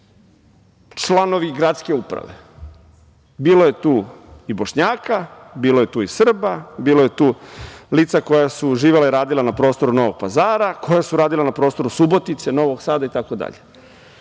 članovi gradske uprave. Bilo je tu Bošnjaka, bilo je tu i Srba, bilo je tu lica koja su živela i radila na prostoru Novog Pazara, koja su radila na prostoru Subotice, Novog Sada itd.